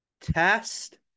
test